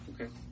Okay